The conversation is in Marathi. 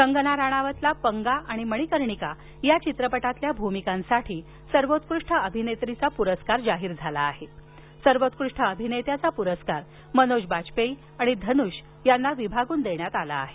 कंगना राणावतला पंगा आणि मणीकर्णिका चित्रपटातील भूमिकांसाठी सर्वोत्कृष्ट अभिनेत्रीचा पुरस्कार जाहीर झाला असून सर्वोत्कृष्ट अभिनेत्याचा पुरस्कार मनोज बाजपेयी आणि धनुष यांना विभागून देण्यात आला आहे